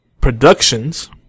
Productions